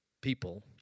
people